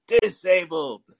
disabled